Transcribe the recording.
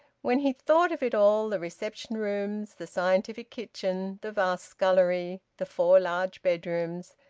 when he thought of it all, the reception-rooms, the scientific kitchen, the vast scullery, the four large bedrooms,